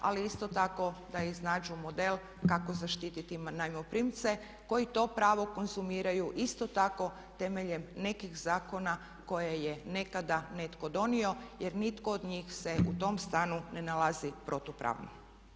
Ali isto tako da iznađu model kako zaštiti najmoprimce koji to pravo konzumiraju isto tako temeljem nekih zakona koje je nekada netko donio jer nitko od njih se u tom stanu ne nalazi protupravno.